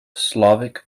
slavic